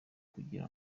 kugira